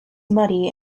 muddy